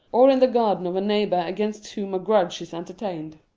or in the garden of a neighbour against whom a grudge is entertained.